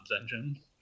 engine